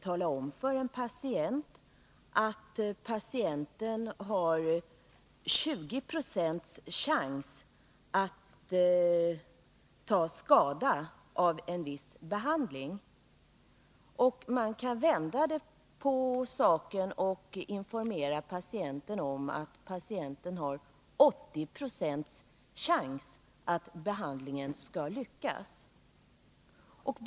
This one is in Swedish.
tala om för en patient att patienten har 20 96 chans att ta skada av en viss behandling, och man kan vända på saken och informera patienten om att chansen att behandlingen skall lyckas är 80 96.